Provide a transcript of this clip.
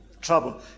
trouble